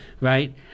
right